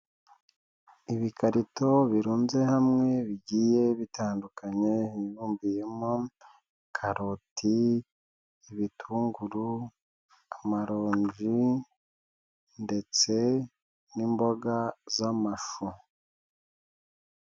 Ibikarito birunze hamwe bigiye bitandukanye, hibumbiyemo karoti, ibitunguru, amaronji ndetse n'imboga z'amashu.